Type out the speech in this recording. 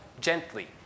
gently